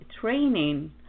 training